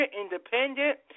independent